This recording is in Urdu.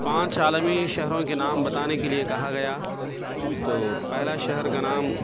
پانچ عالمی شہروں کے نام بتانے کے لیے کہا گیا تو پہلا شہر کا نام